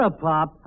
pop